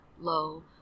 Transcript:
low